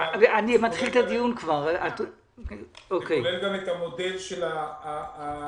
זה כולל גם את המודל --- ניר,